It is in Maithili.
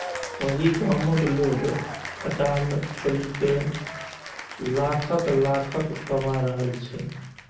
ओहि गामक लोग खटाल खोलिकए लाखक लाखक कमा रहल छै